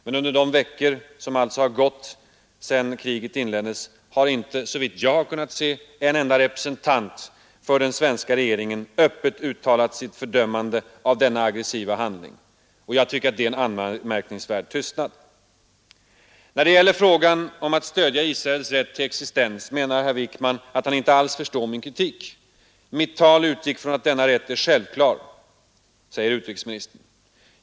Men under de veckor som har gått sedan kriget inleddes har inte en enda representant för svenska regeringen öppet uttalat sitt fördömande av denna aggressiva handling. Jag tycker att det är en anmärkningsvärd tystnad! När det gäller frågan om att stödja Israels rätt till existens säger herr Wickman att han inte alls förstår min kritik. ”Mitt tal utgick från att denna rätt är självklar”, säger utrikesministern.